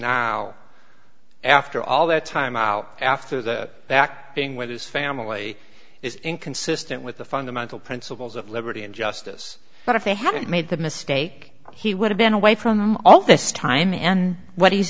now after all that time out after that back being with his family is inconsistent with the fundamental principles of liberty and justice but if they haven't made the mistake he would have been away from all this time and what he's